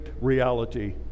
reality